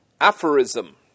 aphorism